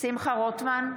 שמחה רוטמן,